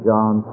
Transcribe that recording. John